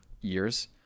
years